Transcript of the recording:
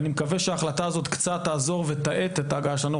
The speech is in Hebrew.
ואני מקווה שההחלטה הזאת קצת תעזור ותאט את ההגעה שלנו.